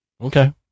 Okay